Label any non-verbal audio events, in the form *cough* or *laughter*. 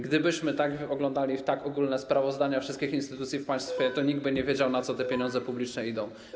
Gdybyśmy oglądali tak ogólne sprawozdania wszystkich instytucji w państwie, *noise* to nikt by nie wiedział, na co te pieniądze publiczne idą.